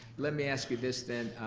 let me ask you this, then.